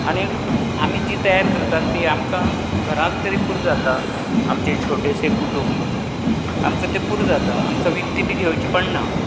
आनी आमी जी तयार करता ती आमकां घरांत तरी पुरो जातात आमचें छोटेसें कुटूंब आमकां तें पुरो जातात आमकां विकती बी घेवची पडना